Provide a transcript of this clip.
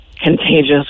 contagious